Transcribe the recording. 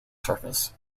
surface